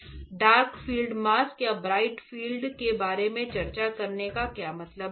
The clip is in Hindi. अब डार्क फील्ड या ब्राइट फील्ड के बारे में चर्चा करने का क्या मतलब है